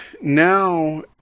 now